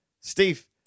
Steve